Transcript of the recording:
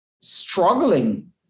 struggling